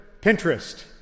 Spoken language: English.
Pinterest